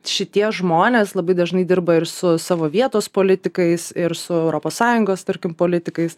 šitie žmonės labai dažnai dirba ir su savo vietos politikais ir su europos sąjungos tarkim politikais